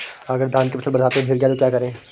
अगर धान की फसल बरसात में भीग जाए तो क्या करें?